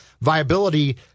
viability